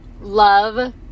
love